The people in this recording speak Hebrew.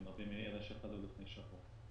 הם נובעים מאלה שחלו לפני שבוע.